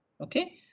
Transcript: Okay